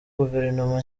guverinoma